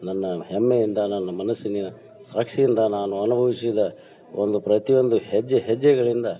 ನನ್ನ ಹೆಮ್ಮೆಯಿಂದ ನನ್ನ ಮನಸ್ಸಿನ ಸಾಕ್ಷಿಯಿಂದ ನಾನು ಅನುಭವಿಸಿದ ಒಂದು ಪ್ರತಿಯೊಂದು ಹೆಜ್ಜೆ ಹೆಜ್ಜೆಗಳಿಂದ